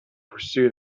pursue